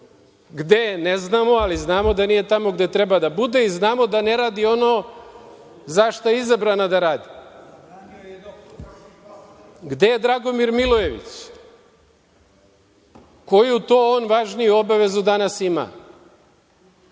je? Ne znamo, ali znamo da nije tamo gde treba da bude i znamo da ne radi ono za šta je izabrana da radi. Gde je Dragomir Milojević? Koju to on važniju obavezu danas ima?